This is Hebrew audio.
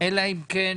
אלא אם כן